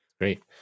Great